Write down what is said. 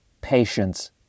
patience